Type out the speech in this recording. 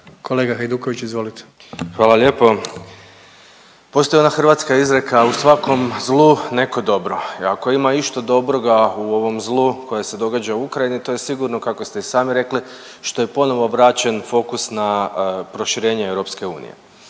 Domagoj (Nezavisni)** Hvala lijepo. Postoji ona hrvatska izreka „u svakom zlu neko dobro“ i ako ima išta dobroga u ovom zlu koje se događa u Ukrajini to je sigurno kako ste i sami rekli što je ponovo vraćen fokus na proširenje EU. I dok je